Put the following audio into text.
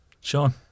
Sean